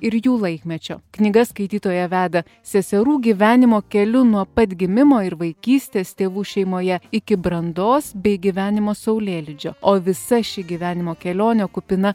ir jų laikmečio knyga skaitytoją veda seserų gyvenimo keliu nuo pat gimimo ir vaikystės tėvų šeimoje iki brandos bei gyvenimo saulėlydžio o visa ši gyvenimo kelionė kupina